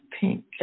pink